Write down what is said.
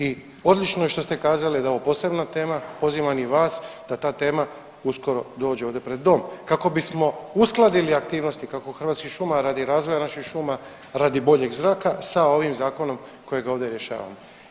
I odlično je što ste kazali da je ovo posebna tema, pozivam i vas da ta tema uskoro dođe ovdje pred dom kako bismo uskladili aktivnosti kako Hrvatskih šuma radi razvoja naših šuma radi boljeg zraka sa ovim zakonom kojega ovdje rješavamo.